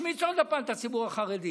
תשמיץ עוד הפעם את הציבור החרדי.